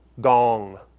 gong